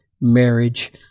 marriage